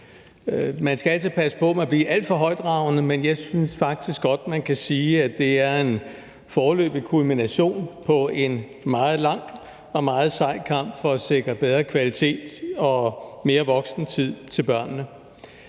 Man skal altid passe på med at blive alt for højtravende, men jeg synes faktisk godt, man kan sige, at det er en foreløbig kulmination på en meget lang og meget sej kamp for at sikre bedre kvalitet og mere voksentid til børnene.